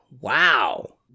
Wow